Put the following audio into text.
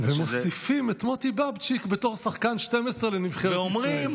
ומוסיפים את מוטי בבצ'יק בתור שחקן 12 לנבחרת ישראל.